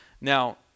Now